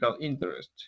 interest